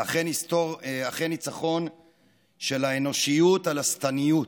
ואכן ניצחון של האנושיות על השטניות,